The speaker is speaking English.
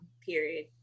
period